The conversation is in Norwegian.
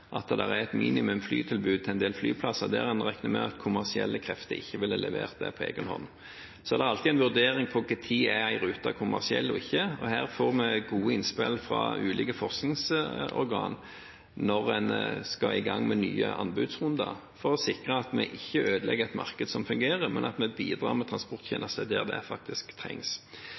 at det er et minimum av flytilbud til en del flyplasser der en regner med at kommersielle krefter ikke ville levert på egen hånd. Så er det alltid en vurdering av når en rute er kommersiell eller ikke, og her får vi gode innspill fra ulike forskningsorganer når en skal i gang med nye anbudsrunder, for å sikre at vi ikke ødelegger et marked som fungerer, men at vi bidrar med transporttjenester der det faktisk trengs.